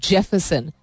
Jefferson